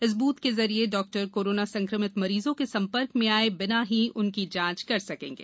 इस बूथ के जरिये डॉक्टर कोरोना संक्रमित मरीजों के संपर्क में आये बिना उनकी जाँच कर सकेंगे